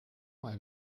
mal